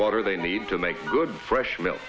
water they need to make good fresh milk